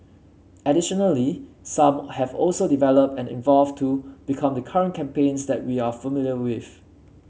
additionally some have also developed and evolved to become the current campaigns that we are familiar with